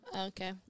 Okay